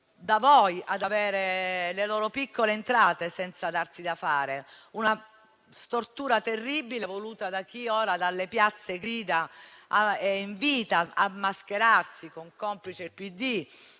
da voi ad avere le loro piccole entrate senza darsi da fare; una stortura terribile voluta da chi ora dalle piazze grida e invita a mascherarsi, con il PD